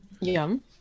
Yum